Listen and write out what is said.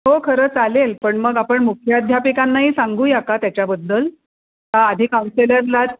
हो खरं चालेल पण मग आपण मुख्याध्यापिकांनाही सांगूया का त्याच्याबद्दल का आधी काउन्सेलरला